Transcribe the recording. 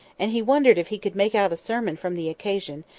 and he wondered if he could make out a sermon from the occasion,